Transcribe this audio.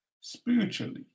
spiritually